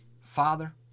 Father